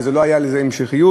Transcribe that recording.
ולא הייתה לזה המשכיות,